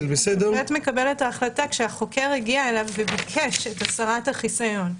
--- השופט מקבל את ההחלטה כשהחוקר הגיע אליו וביקש את הסרת החיסיון.